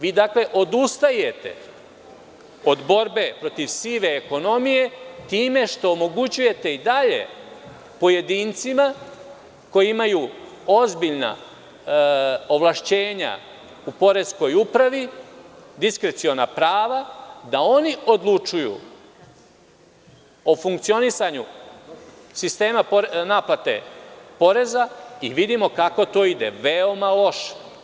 Vi dakle odustajete od borbe protiv sive ekonomije time što omogućujete i dalje pojedincima, koji imaju ozbiljna ovlašćenja u poreskoj upravi, diskreciona prava, da oni odlučuju o funkcionisanju sistema naplate poreza i vidimo kako to ide, veoma loše.